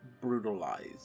brutalized